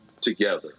together